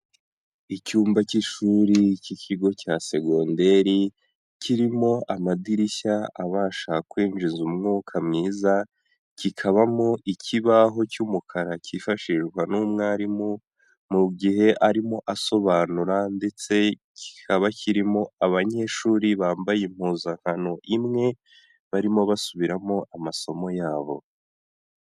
Icyumba cy'ishuri cy'ikigo cya segonderi, kirimo amadirishya abasha kwinjiza umwuka mwiza, kikabamo ikibaho cy'umukara cyifashishwa n'umwarimu, mu gihe arimo asobanura, ndetse kikaba kirimo abanyeshuri bambaye impuzankano imwe, barimo basubiramo amasomo yabo.